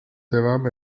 devam